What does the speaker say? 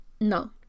No